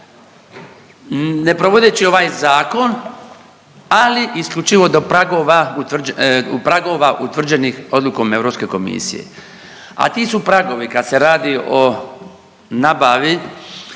ne provodeći ovaj zakon, ali isključivo do pragova utvrđenih odlukom Europske komisije, a ti su pragovi kad se radi o nabavi